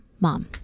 mom